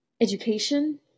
education